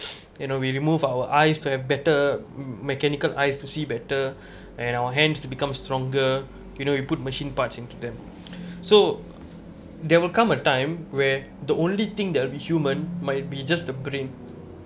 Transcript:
you know we remove our eyes to have better mechanical eyes to see better and our hands to become stronger you know you put machine parts into them so there will come a time where the only thing that human might be just the brain